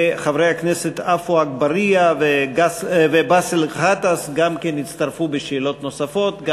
וחברי הכנסת עפו אגבאריה ובאסל גטאס יצטרפו בשאלות נוספות.